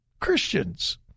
Christians